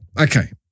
okay